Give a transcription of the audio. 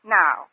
now